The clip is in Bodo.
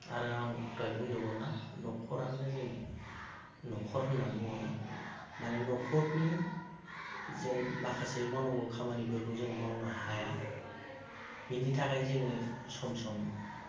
आरो आं दहाय बुंदोंमोनना न'खरानो जोंनि न'खर होननानै बुङोना माने न'खरनि जों माखासे मावनांगौ खामानिफोरखौ जों मावनो हाया बेनि थाखाय जोङो सम सम